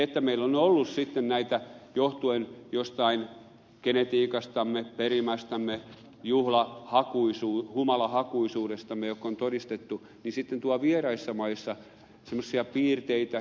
kun meillä on ollut sitten näitä tapoja johtuen jostain genetiikastamme perimästämme humalahakuisuudestamme joka on todistettu niin sitten tuolla vieraissa maissa on semmoisia piirteitä